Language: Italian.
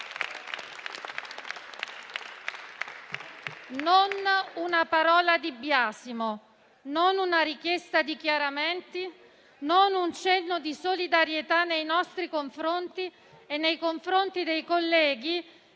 Non una parola di biasimo, non una richiesta di chiarimenti, non un cenno di solidarietà nei nostri confronti, nei confronti di colleghi